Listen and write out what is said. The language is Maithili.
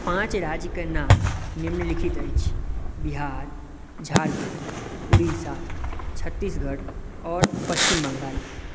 पाँच राज्यके नाम निम्नलिखित अछि बिहार झारखण्ड उड़ीसा छत्तीसगढ़ आओर पश्चिम बङ्गाल